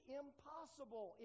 impossible